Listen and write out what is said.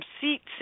seats